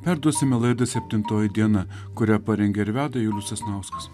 perduosime laidą septintoji diena kurią parengė ir veda julius sasnauskas